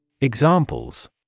Examples